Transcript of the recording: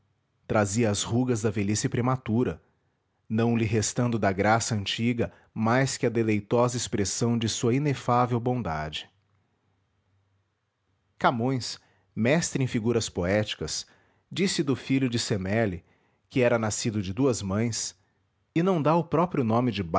trazia as rugas da velhice prematura não lhe restando da graça antiga mais que a deleitosa